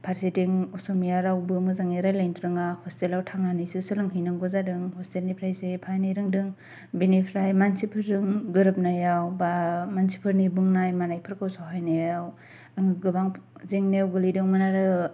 फारसेथिं असमिया रावबो मोजाङै रायलायनो रोङा हस्टेलाव थांनानैसो सोलोंहैनांगौ जादों हस्टेलिफ्रायसो एफा एनै रोंदों बेनिफ्राय मानसिफोरजों गोरोबनायाव बा मानसिफोरनि बुंनाय मानायफोरखौ सहायनायाव आङो गोबां जेंनायाव गोलैदोंमोन आरो